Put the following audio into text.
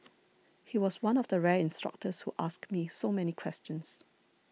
he was one of the rare instructors who asked me so many questions